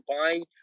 buying